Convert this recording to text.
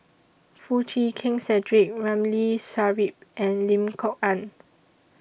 Foo Chee Keng Cedric Ramli Sarip and Lim Kok Ann